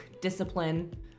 discipline